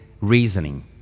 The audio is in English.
reasoning